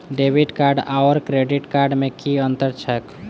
Debit card आओर credit card मे की अन्तर छैक?